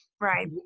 Right